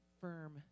firm